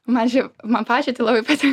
man šiaip man pačiai tai labai patiko